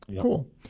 Cool